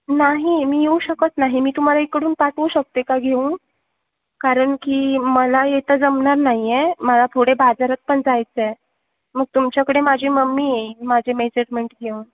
नाही मी येऊ शकत नाही मी तुम्हाला इकडून पाठवू शकते का घेऊन कारण की मला येतं जमणार नाही आहे मला पुढे बाजारात पण जायचं आहे मग तुमच्याकडे माझी मम्मी येईल माझे मेजरमेंट घेऊन